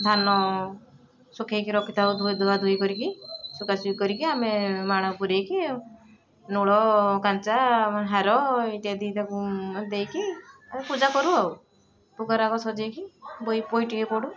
ଧାନ ସୁଖେଇକି ରଖିଥାଉ ଧୋଇ ଧୁଆ ଧୁଇ କରିକି ଶୁକାଶୁକି କରିକି ଆମେ ମାଣ ପୁରେଇକି ନୋଳ କାଞ୍ଚା ହାର ଇତ୍ୟାଦି ତାକୁ ଦେଇକି ଆମେ ପୂଜା କରୁ ଆଉ ଭୋଗ ରାଗ ସଜେଇକି ବହି ବହି ଟିକେ ପଢ଼ୁ